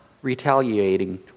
retaliating